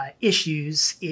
issues